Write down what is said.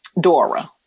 Dora